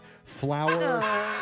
Flour